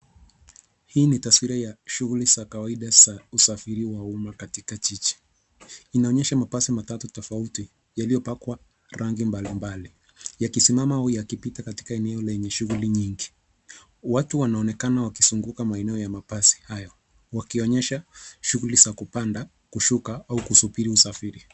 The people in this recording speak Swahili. Hii ni taswira ya shughuli za kawaida za usafiri wa umma katika jiji, inaonyesha mabasi matatu tofauti yaliyopakwa rangi mbali mbali yakisimama au yakipita eneo lenye shughuli nyingi. Watu wanaonekana wakizunguka maeneo ya mabasi hayo wakionyesha shughuli za kupanda kushuka au kusubiri usafiri.